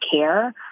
care